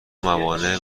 موانع